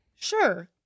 Sure